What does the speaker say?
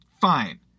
fine